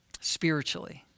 spiritually